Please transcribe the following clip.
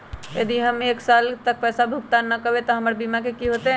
यदि हम एक साल तक पैसा भुगतान न कवै त हमर बीमा के की होतै?